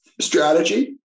strategy